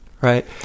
right